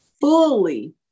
fully